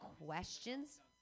questions